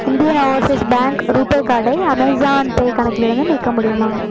Indian Overseas Bank RuPay கார்டை Amazon Pay கணக்கிலிருந்து நீக்க முடியுமா